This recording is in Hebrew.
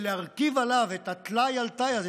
שלהרכיב עליו את הטלאי על טלאי הזה,